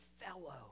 fellow